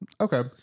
Okay